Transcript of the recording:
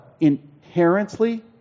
inherently